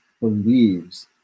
believes